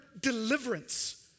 deliverance